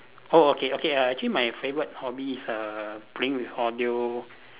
oh okay okay uh actually my favourite hobby is err playing with audio